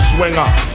Swinger